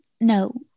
no